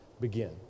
begin